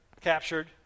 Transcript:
captured